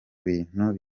bintu